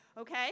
okay